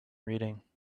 reading